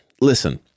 listen